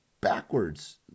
backwards